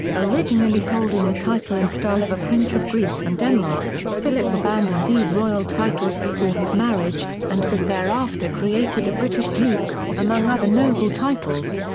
originally holding the title and style of a prince of greece and denmark, philip abandoned these royal titles before his marriage, marriage, and was thereafter created a british duke, among other noble titles.